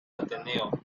ateneo